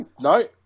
no